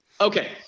Okay